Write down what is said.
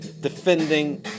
Defending